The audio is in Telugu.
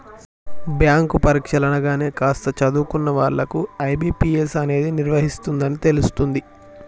బ్యాంకు పరీక్షలు అనగానే కాస్త చదువుకున్న వాళ్ళకు ఐ.బీ.పీ.ఎస్ అనేది నిర్వహిస్తుందని తెలుస్తుంది